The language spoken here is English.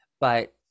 But-